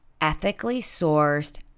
ethically-sourced